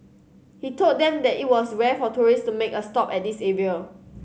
he told them that it was rare for tourist to make a stop at this area